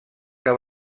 que